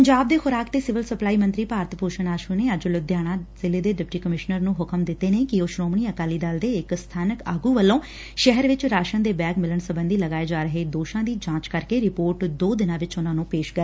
ਪੰਜਾਬ ਦੇ ਖੁਰਾਕ ਤੇ ਸਿਵਲ ਸਪਲਾਈ ਮੰਤਰੀ ਸ੍ਰੀ ਭਾਰਤ ਭੂਸ਼ਨ ਆਸੂ ਨੇ ਅੱਜ ਲੁਧਿਆਣਾ ਜ਼ਿਲ੍ਹੇ ਦੇ ਡਿਪਟੀ ਕਮਿਸ਼ਨਰ ਨੂੰ ਹੁਕਮ ਦਿੱਤੇ ਨੇ ਕਿ ਉਹ ਸ਼ੋਮਣੀ ਅਕਾਲੀ ਦਲ ਦੇ ਇਕ ਸਬਾਨਕ ਆਗੁ ਵਲੋ ਸ਼ਹਿਰ ਵਿਚ ਰਾਸ਼ਨ ਦੇ ਬੈਗ ਮਿਲਣ ਸਬੰਧੀ ਲਗਾਏ ਜਾ ਰਹੇ ਦੋਸ਼ਾਂ ਦੀ ਜਾਂਚ ਕਰ ਕੇ ਰਿਪੋਰਟ ਦੋ ਦਿਨਾਂ ਵਿਚ ਉਨਾਂ ਨੂੰ ਪੇਸ਼ ਕਰਨ